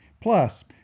plus